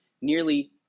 nearly